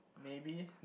maybe